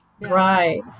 right